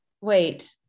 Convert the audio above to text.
Wait